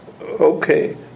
Okay